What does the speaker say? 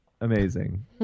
Amazing